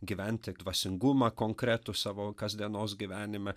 gyventi dvasingumą konkretų savo kasdienos gyvenime